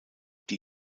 die